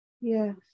Yes